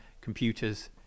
computers